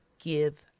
give